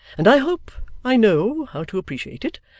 and i hope i know how to appreciate it.